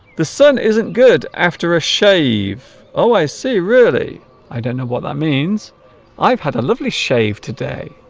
the sun isn't good after a shave always see really i don't know what that means i've had a lovely shave today